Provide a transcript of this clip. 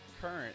current